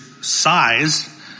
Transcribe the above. size